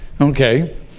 Okay